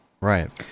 Right